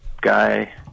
guy